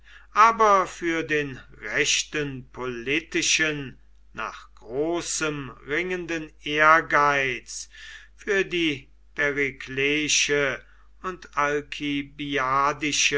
aber für den rechten politischen nach großem ringenden ehrgeiz für die perikleische und